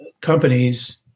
companies